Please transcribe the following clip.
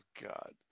god